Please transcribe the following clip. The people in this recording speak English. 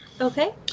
Okay